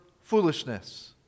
foolishness